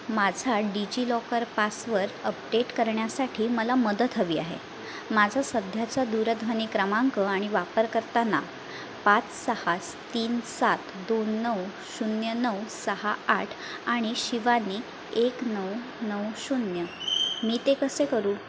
माझा DigiLocker password update करण्यासाठी मला मदत हवी आहे माझा सध्याचा दूरध्वनी क्रमांक आणि वापरकर्ता नाव पाच सहा तीन सात दोन नऊ शून्य नऊ सहा आठ आणि शिवानी एक नऊ नऊ शून्य मी ते कसे करू